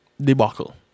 debacle